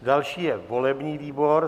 Další je volební výbor.